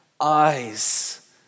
eyes